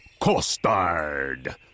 costard